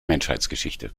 menschheitsgeschichte